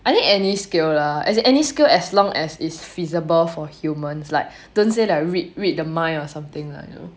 I think any skill lah as in any skill as long as it's feasible for humans like don't say like read the mind or something lah you know